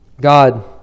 God